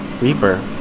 Reaper